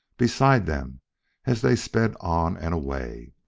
beside them as they sped on and away.